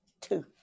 two